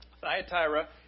Thyatira